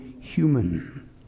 human